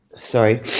sorry